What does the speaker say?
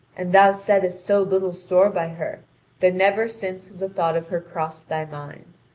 and thou settest so little store by her that never since has a thought of her crossed thy mind.